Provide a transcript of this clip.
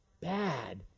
Bad